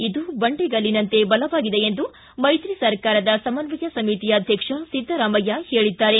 ಇದು ಬಂಡೆಗಲ್ಲಿನಂತೆ ಬಲವಾಗಿದೆ ಎಂದು ಮೈತ್ರಿ ಸರ್ಕಾರದ ಸಮನ್ನಯ ಸಮಿತಿ ಅಧ್ಯಕ್ಷ ಸಿದ್ದರಾಮಯ್ಯ ಹೇಳಿದ್ದಾರೆ